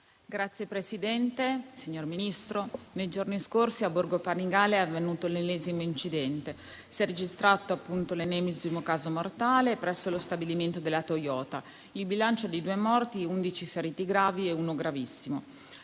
*(LSP-PSd'Az)*. Signor Ministro, nei giorni scorsi a Borgo Panigale è avvenuto l'ennesimo incidente. Si è registrato l'ennesimo caso mortale presso lo stabilimento della Toyota, il cui bilancio è di due morti e undici feriti gravi e uno gravissimo.